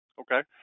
okay